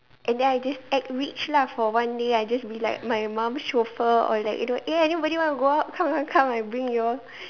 and then I just act rich lah for one day I just be like my mum chauffeur or like you know eh anybody want to go out come come come I bring you all